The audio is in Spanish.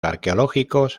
arqueológicos